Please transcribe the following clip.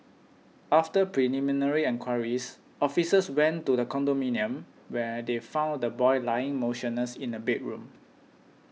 after preliminary enquiries officers went to the condominium where they found the boy lying motionless in a bedroom